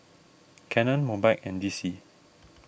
Canon Mobike and D C